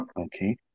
Okay